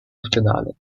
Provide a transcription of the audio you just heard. ospedale